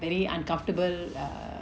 very uncomfortable err